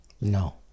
No